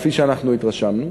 כפי שאנחנו התרשמנו,